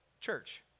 church